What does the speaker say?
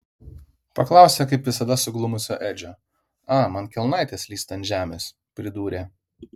paklausė kaip visada suglumusio edžio a man kelnaitės slysta ant žemės pridūrė